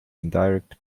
indirect